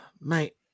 mate